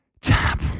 tap